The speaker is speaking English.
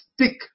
stick